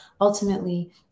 ultimately